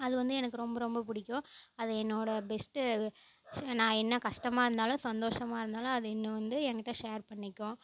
அது வந்து எனக்கு ரொம்ப ரொம்ப பிடிக்கும் அது என்னோடய பெஸ்ட்டு அது நான் என்ன கஷ்டமாக இருந்தாலும் சந்தோஷமாக இருந்தாலும் அது இன்னும் வந்து என்கிட்ட ஷேர் பண்ணிக்கும்